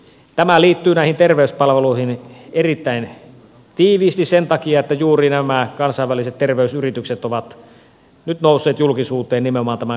tämä liittyy näihin terveyspalveluihin erittäin tiiviisti sen takia että juuri nämä kansainväliset terveysyritykset ovat nyt nousseet julkisuuteen nimenomaan tämän korkokeinottelun kautta